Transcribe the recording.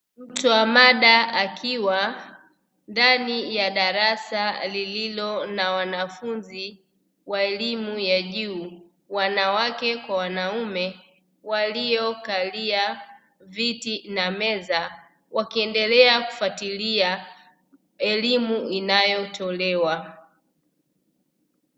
Mtoa mada akiwa ndani ya darasa lililo na wanafunzi wa elimu ya juu, wanawake kwa wanaume waliokalia viti na meza wakiendelea kufuatilia elimu inayotolewa.